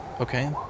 Okay